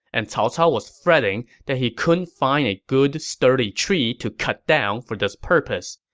and cao cao was fretting that he couldn't find a good, sturdy tree to cut down for this purpose.